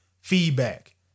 feedback